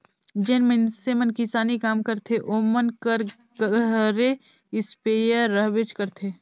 जेन मइनसे मन किसानी काम करथे ओमन कर घरे इस्पेयर रहबेच करथे